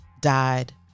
died